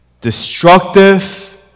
destructive